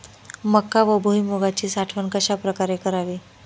मका व भुईमूगाची साठवण कशाप्रकारे करावी?